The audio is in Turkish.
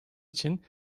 için